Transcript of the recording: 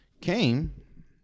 came